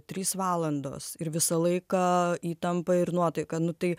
trys valandos ir visą laiką įtampa ir nuotaika nu tai